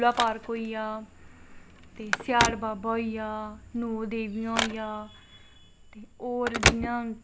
भापा दी जेल ऐ जित्थें कृष्ण जी पैदा होए हे यशोदा माता दा घर नन्द लाला दा घर